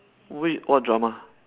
wait what drama